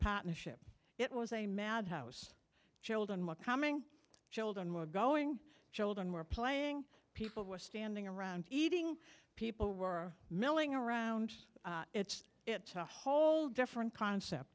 partnership it was a madhouse children were coming children were going children were playing people were standing around eating people were milling around it's it's a whole different concept